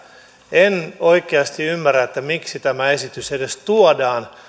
en oikeasti ymmärrä miksi tämä esitys edes tuodaan